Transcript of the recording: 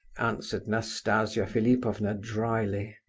answered nastasia philipovna dryly.